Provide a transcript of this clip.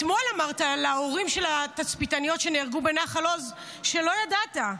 אתמול אמרת להורים של התצפיתניות שנהרגו בנחל עוז שלא ידעת,